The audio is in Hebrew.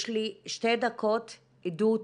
יש לי שתי דקות עדות